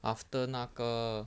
after 那个